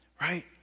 right